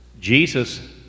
Jesus